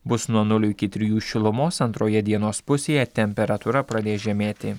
bus nuo nulio iki trijų šilumos antroje dienos pusėje temperatūra pradės žemėti